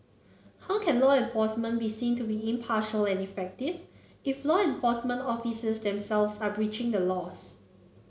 how can law enforcement be seen to be impartial and effective if law enforcement officers themselves are breaching the laws